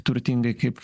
turtingai kaip